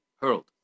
Hurled